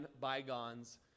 bygones